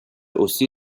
усі